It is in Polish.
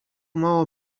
mało